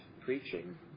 preaching